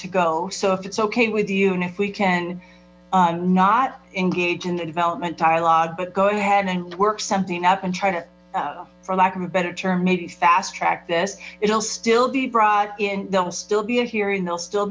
to go so if it's ok with you and if we can not engage in the development dialog but go ahead and work something up and try to for lack of a better term maybe fast track this it'll still be brought in they'll still be here and they'll still